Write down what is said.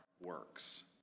works